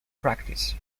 practice